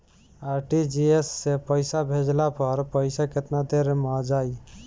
RTGS से पईसा भेजला पर पईसा केतना देर म जाई?